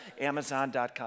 Amazon.com